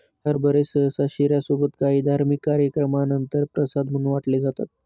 हरभरे सहसा शिर्या सोबत काही धार्मिक कार्यक्रमानंतर प्रसाद म्हणून वाटले जातात